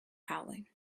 howling